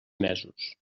mesos